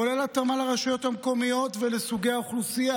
כולל התאמה לרשויות המקומיות ולסוגי האוכלוסייה.